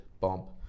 bump